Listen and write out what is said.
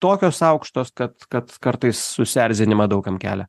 tokios aukštos kad kad kartais susierzinimą daug kam kelia